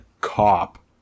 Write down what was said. cop